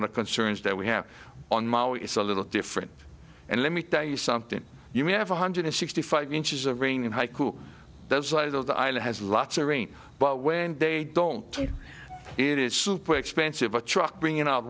of the concerns that we have on maui it's a little different and let me tell you something you may have one hundred sixty five inches of rain in haiku the size of the island has lots of rain but when they don't it is super expensive a truck bringing o